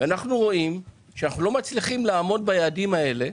אנחנו רואים שאנחנו לא מצליחים לעמוד ביעדים האלה,